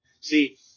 See